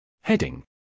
Heading